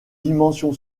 dimension